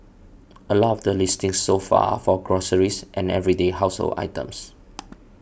a lot of the listings so far are for groceries and everyday household items